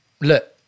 Look